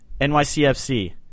NYCFC